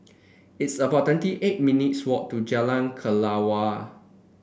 it's about twenty eight minutes' walk to Jalan Kelawar